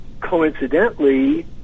Coincidentally